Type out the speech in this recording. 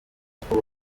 igiye